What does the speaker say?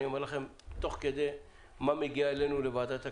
אני אומר לכם מה מגיע אלינו לוועדת הכלכלה,